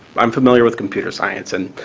i'm familiar with computer science, and